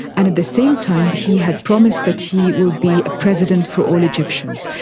and at the same time he had promised that he would be a president for all egyptians.